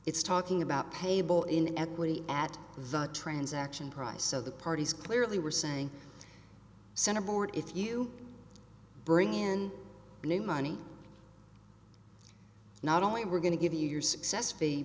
it's talking about cable in equity at the transaction price so the parties clearly were saying centerboard if you bring in new money not only we're going to give you your successfully